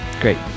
Great